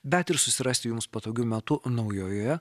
bet ir susirasti jums patogiu metu naujoje